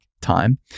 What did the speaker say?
time